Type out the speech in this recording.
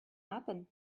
happen